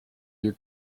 you